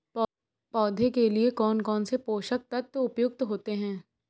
पौधे के लिए कौन कौन से पोषक तत्व उपयुक्त होते हैं?